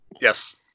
Yes